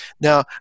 Now